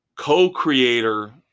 co-creator